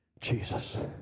Jesus